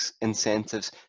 incentives